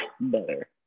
better